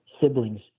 siblings